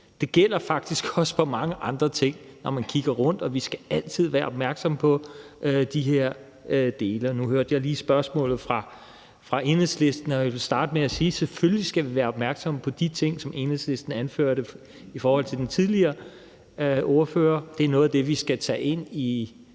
Det gælder faktisk også for mange andre ting, når man kigger rundt. Vi skal altid være opmærksomme på de her dele. Nu hørte jeg lige spørgsmålet fra Enhedslisten. Jeg vil starte med at sige, at selvfølgelig skal vi være opmærksomme på de ting, som Enhedslisten anførte i forhold til den tidligere ordfører. Det er noget af det, vi skal tage ind i